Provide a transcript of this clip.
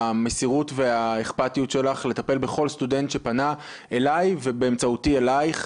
המסירות והאכפתיות שלך לטפל בכל סטודנט שפנה אליי ובאמצעותי אלייך.